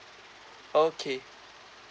okay